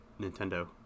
nintendo